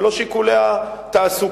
ולא שיקולי התעסוקה.